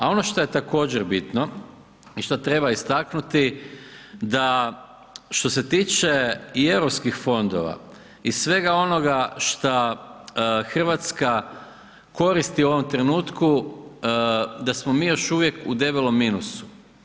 A ono šta je također bitno i šta treba istaknuti da što se tiče i europskih fondova i svega onoga šta Hrvatska koristi u ovom trenutku, da smo mi još uvijek u debelom minusu.